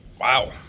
Wow